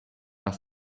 are